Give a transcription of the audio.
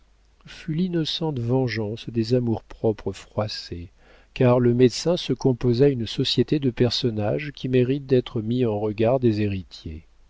fut l'innocente vengeance des amours-propres froissés car le médecin se composa une société de personnages qui méritent d'être mis en regard des héritiers